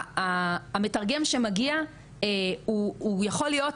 המתרגם שמגיע יכול להיות,